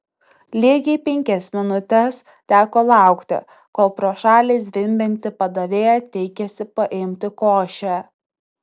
lygiai penkias minutes teko laukti kol pro šalį zvimbianti padavėja teikėsi paimti košę